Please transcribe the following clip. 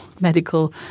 medical